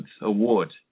award